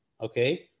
okay